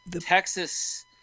Texas